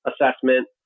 assessment